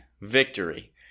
victory